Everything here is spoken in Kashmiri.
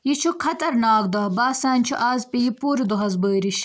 یہِ چھُ خطرناک دۄہ باسان چھُ آز پیٚیہِ پوٗرٕ دۄہس بٲرِش